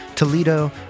Toledo